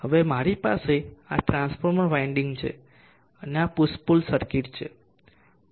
હવે મારી પાસે આ ટ્રાન્સફોર્મર વિન્ડિંગ છે અને આ પુશ પુલ સર્કિટ છે